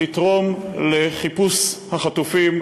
לתרום לחיפוש החטופים,